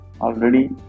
already